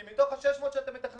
כי מתוך ה-600,000 שאתם מתכננים,